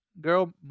Girl